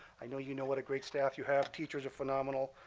i know you know what a great staff you have. teachers are phenomenal.